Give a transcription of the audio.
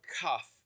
cuff